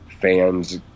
fans